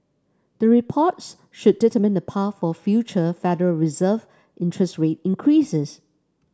the reports should determine the path for future Federal Reserve interest rate increases